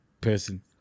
person